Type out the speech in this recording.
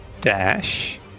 dash